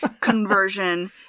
conversion